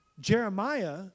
Jeremiah